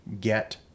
get